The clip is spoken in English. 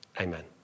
Amen